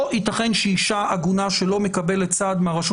לא ייתכן שאישה עגונה שלא מקבלת סעד מהרשות